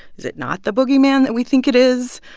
is it not the boogeyman that we think it is?